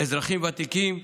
אזרחים ותיקים,